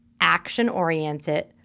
Action-Oriented